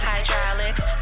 Hydraulics